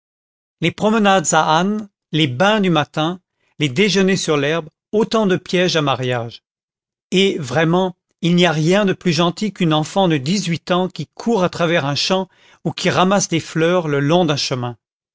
les promenades à ânes les bains du matin les déjeuners sur l'herbe autant de pièges à mariage et vraiment il n'y a rien de plus gentil qu'une enfant de dix-huit ans qui court à travers un champ ou qui ramasse des fleurs le long d'un chemin